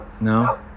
No